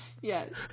Yes